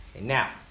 Now